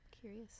curious